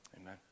Amen